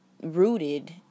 rooted